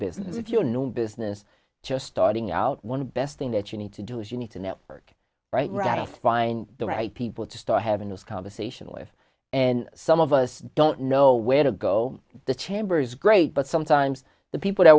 business with your new business just starting out one best thing that you need to do is you need to network right right find the right people to start having this conversation with and some of us don't know where to go the chamber is great but sometimes the people that